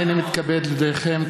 הנני מתכבד להודיעכם,